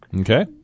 Okay